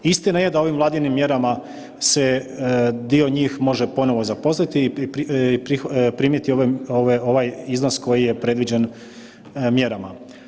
Istina je da ovim Vladinim mjerama se dio njih može ponovo zaposliti i primiti ove, ovaj iznos koji je predviđen mjerama.